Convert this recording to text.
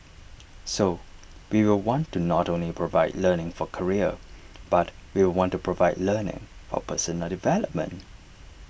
so we will want to not only provide learning for career but we want to provide learning for personal development